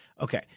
Okay